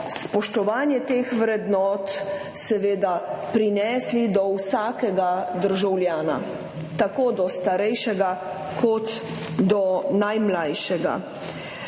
spoštovanje teh vrednot prinesli do vsakega državljana, tako do starejšega kot do najmlajšega.